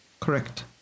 Correct